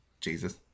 Jesus